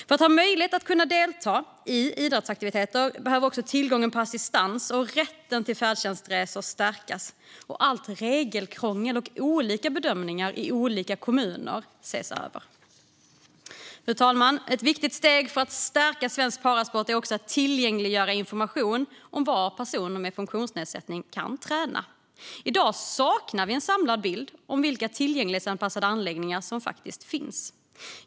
För att ha möjlighet att kunna delta i idrottsaktiviteter behöver tillgången till assistans och rätten till färdtjänstresor stärkas och allt regelkrångel och olika bedömningar i olika kommuner ses över. Fru talman! Ett viktigt steg för att stärka svensk parasport är också att tillgängliggöra information om var personer med funktionsnedsättning kan träna. I dag saknar vi en samlad bild av vilka tillgänglighetsanpassade anläggningar som faktiskt finns.